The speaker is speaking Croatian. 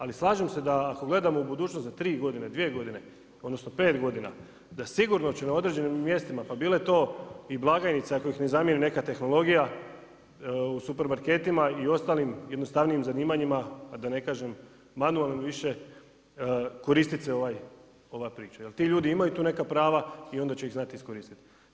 Ali slažem se da ako gledamo u budućnost za dvije, tri godine odnosno pet godina da sigurno će na određenim mjestima pa bile to i blagajnice ako ih ne zamijeni neka tehnologija u supermarketima i ostalim jednostavnijim zanimanja, a da ne kažem manualnim više koristiti se ova priča jer tu ljudi imaju tu neka prava i onda će ih znati iskoristiti.